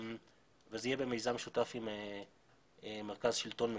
זה יהיה במיזם משותף עם מרכז שלטון מקומי,